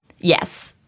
Yes